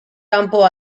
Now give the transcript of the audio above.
kanpo